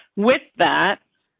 with that.